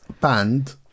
band